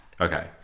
Okay